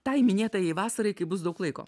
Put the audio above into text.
tai minėtajai vasarai kai bus daug laiko